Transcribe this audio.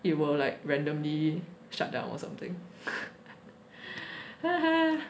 it will like randomly shut down or something